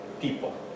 people